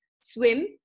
swim